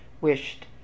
wished